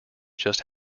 just